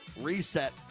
reset